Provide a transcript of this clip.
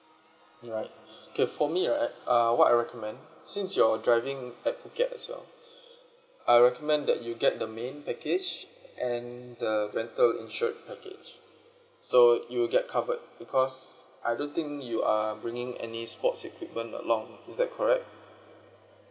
right okay for me right err what I recommend since you're driving at phuket as well I recommend that you get the main package and the rental insured package so you will get covered because I don't think you are bringing any sports equipment along is that correct